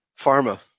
pharma